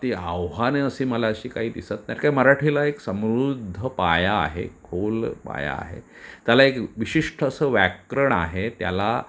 ती आव्हानं अशी मला अशी काही दिसत नाहीत काय मराठीला एक समृद्ध पाया आहे खोल पाया आहे त्याला एक विशिष्ट असं व्याकरण आहे त्याला